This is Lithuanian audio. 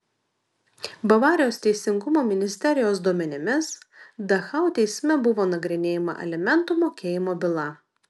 bavarijos teisingumo ministerijos duomenimis dachau teisme buvo nagrinėjama alimentų mokėjimo byla